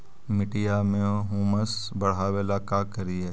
मिट्टियां में ह्यूमस बढ़ाबेला का करिए?